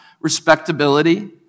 respectability